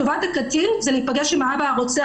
טובת הקטין היא להיפגש עם האב הרוצח,